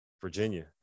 Virginia